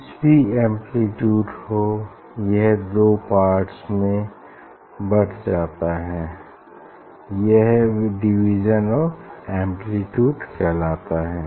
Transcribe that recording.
कुछ भी एम्प्लीट्यूड हो यह दो पार्ट्स में बट जाता है यह डिवीज़न ऑफ़ एम्प्लीट्यूड कहलाता है